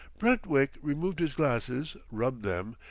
brentwick removed his glasses, rubbed them,